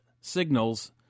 signals